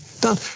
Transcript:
done